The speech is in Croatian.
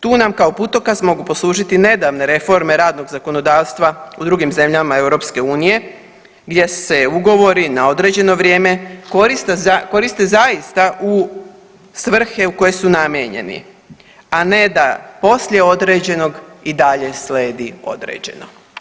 Tu nam kao putokaz mogu poslužiti nedavne reforme radnog zakonodavstva u drugim zemljama EU gdje se ugovori na određeno vrijeme koriste zaista u svrhe u koje su namijenjeni, a ne da poslije određenog i dalje slijedi određeno.